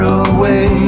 away